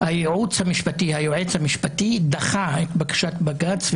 היועץ המשפטי דחה את בקשת בג"ץ,